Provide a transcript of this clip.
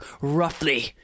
roughly